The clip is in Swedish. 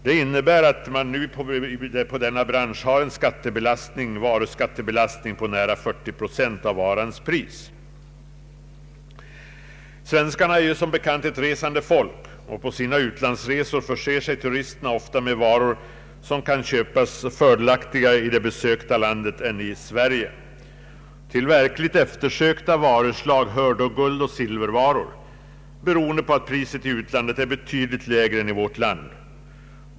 Det innebär att man inom denna bransch har en varuskattebelastning på nära 40 procent av varans pris. Svenskarna är som bekant ett resande folk, och på sina utlandsresor förser sig turisterna ofta med varor som kan köpas fördelaktigare i det besökta landet än i Sverige. Till verkligt eftersökta varuslag hör då guldoch silvervaror, beroende på att priset i utlandet är betydligt lägre än i vårt land.